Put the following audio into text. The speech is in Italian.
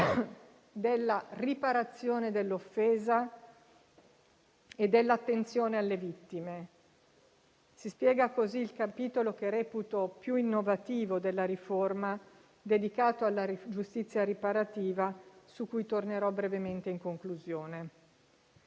è la riparazione dell'offesa e l'attenzione alle vittime. Si spiega così il capitolo della riforma che reputo più innovativo, quello dedicato alla giustizia riparativa, sul quale tornerò brevemente in conclusione.